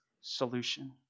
solution